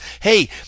Hey –